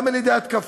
גם על-ידי התקפה,